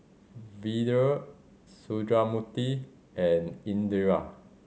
Vedre Sundramoorthy and Indira